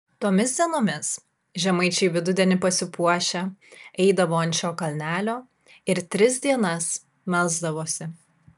tomis dienomis žemaičiai vidudienį pasipuošę eidavo ant šio kalnelio ir tris dienas melsdavosi